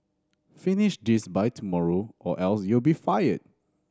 finish this by tomorrow or else you'll be fired